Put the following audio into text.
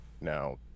now